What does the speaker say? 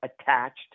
attached